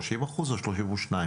30 אחוזים או 32?